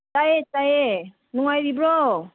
ꯇꯥꯏꯌꯦ ꯇꯥꯏꯌꯦ ꯅꯨꯡꯉꯥꯏꯔꯤꯕ꯭ꯔꯣ